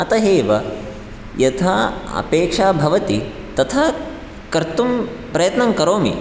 अतः एव यथा अपेक्षा भवति तथा कर्तुं प्रयत्नं करोमि